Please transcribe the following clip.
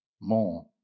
more